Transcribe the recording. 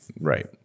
Right